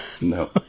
No